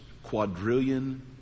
Quadrillion